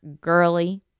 girly